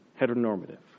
Heteronormative